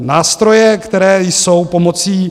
Nástroje, které jsou pomocí.